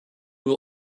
will